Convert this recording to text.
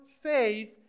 faith